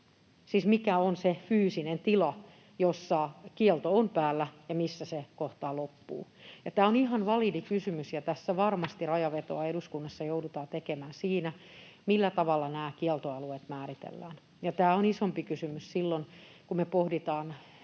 mikä on se fyysinen tila, jossa kielto on päällä, ja missä kohtaa se loppuu? Tämä on ihan validi kysymys, ja tässä varmasti rajanvetoa eduskunnassa joudutaan tekemään siinä, millä tavalla nämä kieltoalueet määritellään. Ja tämä on isompi kysymys silloin, kun me pohditaan